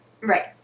Right